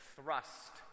Thrust